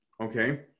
okay